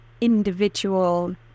individual